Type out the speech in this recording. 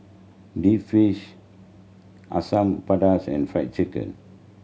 deep fish Asam Pedas and Fried Chicken